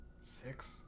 six